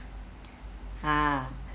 ha